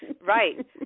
Right